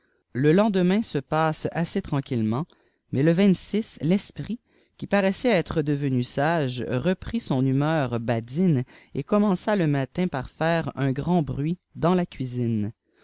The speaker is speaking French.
le lendemain se passe assef tranquillement mais le l'esprit qui paraissait être devenu sage reprit son humeur badine et commença le matin par faire un rand bruit dans la cuisine